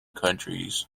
countries